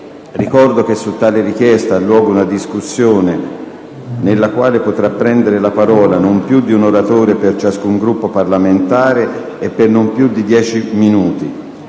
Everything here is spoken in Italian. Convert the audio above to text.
Ricordo che su tale richiesta ha luogo una discussione nella quale potrà prendere la parola non più di un oratore per ciascun Gruppo parlamentare e per non più di dieci minuti.